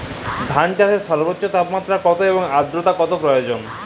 ধান চাষে সর্বোচ্চ তাপমাত্রা কত এবং আর্দ্রতা কত প্রয়োজন?